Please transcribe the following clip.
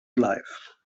alive